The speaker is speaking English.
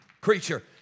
creature